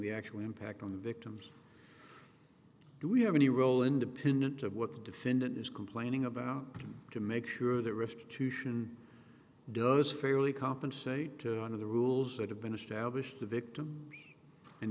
the actual impact on the victims do we have any role independent of what the defendant is complaining about to make sure the risk to sion does fairly compensate under the rules that have been established the victim and